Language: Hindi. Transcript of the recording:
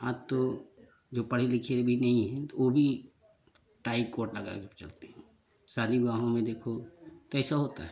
आज तो जो पढ़े लिखे भी नहीं है वो भी टाइ कोट लगा के चलते हैं सारे गाँवों में देखो कैसा होता है